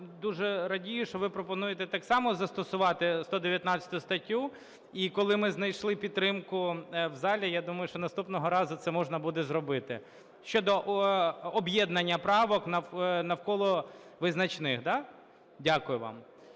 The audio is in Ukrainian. дуже радію, що ви пропонуєте так само застосувати 119 статтю. І коли ми знайшли підтримку в залі, я думаю, що наступного разу це можна буде зробити: щодо об'єднання правок навколо визначних. Да? Дякую вам.